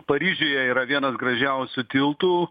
paryžiuje yra vienas gražiausių tiltų